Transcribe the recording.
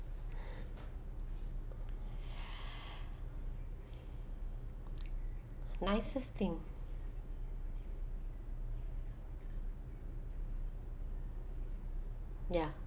nicest thing ya